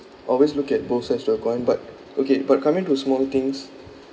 I always look at both sides to a coin but okay but coming to uh small things